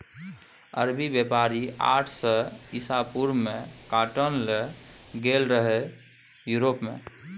अरबी बेपारी आठ सय इसा पूर्व मे काँटन लए गेलै रहय युरोप मे